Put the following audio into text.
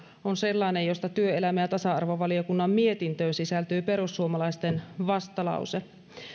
on sellainen jossa työelämä ja tasa arvovaliokunnan mietintöön sisältyy perussuomalaisten vastalause